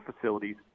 facilities